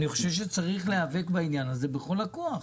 אני חושב שצריך להיאבק בעניין הזה בכל הכוח,